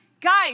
guys